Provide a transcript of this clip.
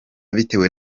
bitewe